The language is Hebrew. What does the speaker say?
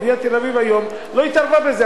עיריית תל-אביב היום לא התערבה בזה.